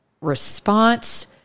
response